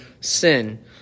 sin